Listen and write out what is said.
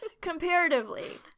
Comparatively